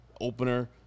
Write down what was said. opener